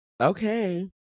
Okay